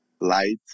light